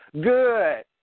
Good